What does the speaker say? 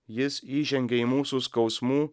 jis įžengė į mūsų skausmų